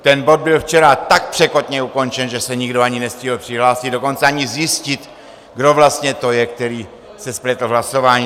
Ten bod byl včera tak překotně ukončen, že se nikdo ani nestihl přihlásit, dokonce ani zjistit, kdo vlastně to je, který se spletl v hlasování.